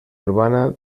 urbana